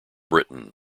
britain